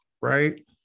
Right